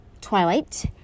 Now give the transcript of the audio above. Twilight